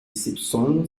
simpson